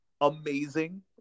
Amazing